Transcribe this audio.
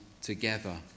together